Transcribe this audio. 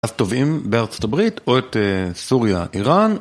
אז תובעים בארצות הברית, או את סוריה-איראן.